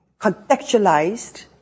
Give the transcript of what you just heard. contextualized